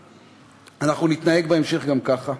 נתנהג גם בהמשך ככה.